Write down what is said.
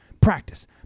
practice